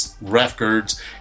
records